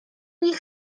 niech